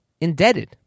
indebted